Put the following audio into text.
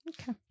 Okay